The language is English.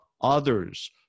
others